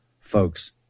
folks